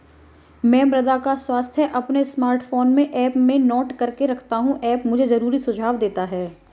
मैं मृदा का स्वास्थ्य अपने स्मार्टफोन में ऐप में नोट करके रखता हूं ऐप मुझे जरूरी सुझाव देता है